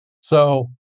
So-